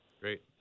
great